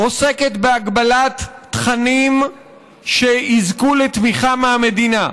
עוסקת בהגבלת תכנים שיזכו לתמיכה מהמדינה,